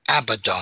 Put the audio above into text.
Abaddon